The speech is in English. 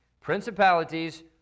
principalities